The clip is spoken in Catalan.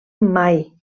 mai